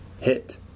hit